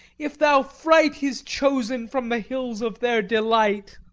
if thou fright his chosen from the hills of their delight.